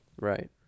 Right